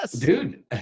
Dude